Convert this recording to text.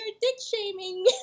dick-shaming